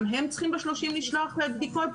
גם הם צריכים ב-30 לשלוח לבדיקות?